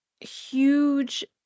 huge